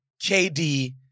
KD